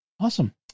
Awesome